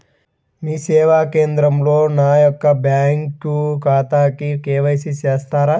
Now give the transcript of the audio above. మీ సేవా కేంద్రంలో నా యొక్క బ్యాంకు ఖాతాకి కే.వై.సి చేస్తారా?